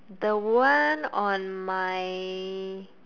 the one on my